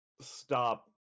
stop